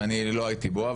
שאני לא הייתי בו,